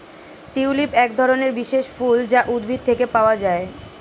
tulip একধরনের বিশেষ ফুল যা উদ্ভিদ থেকে পাওয়া যায়